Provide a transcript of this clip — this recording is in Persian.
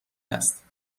است